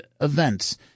events